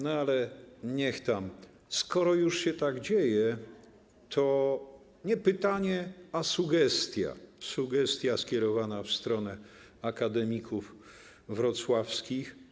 No ale niech tam, skoro już się tak dzieje, to nie pytanie, a sugestia - sugestia skierowana w stronę akademików wrocławskich.